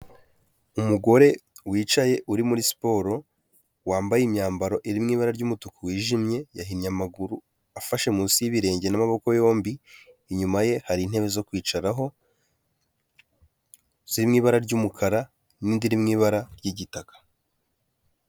Umugore wicaye uri muri siporo, wambaye imyambaro iri mu ibara ry'umutuku wijimye yahinnye amaguru afashe munsi y'ibirenge n'amaboko yombi, inyuma ye hari intebe zo kwicaraho ziri mu ibara ry'umukara n'indi mu ibara ry'igitaka.